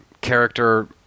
character